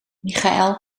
michael